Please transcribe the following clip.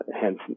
hence